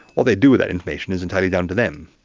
what they do with that information is entirely down to them.